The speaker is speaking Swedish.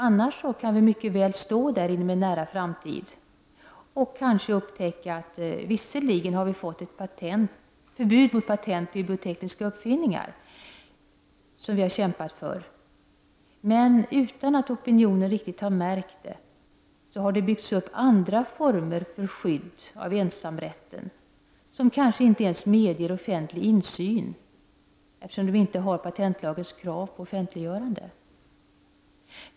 Annars kan vi mycket väl stå där inom en nära framtid och upptäcka att vi visserligen har förbud mot patent på biotekniska uppfinningar, som vi kämpat för, men utan att opinionen riktigt märkt det har det byggts upp andra former för skydd av ensamrätten, som kanske inte ens medger offentlig insyn eftersom de inte omfattas av patentlagens krav på offentliggörande.